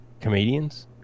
comedians